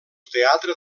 teatre